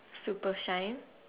super shine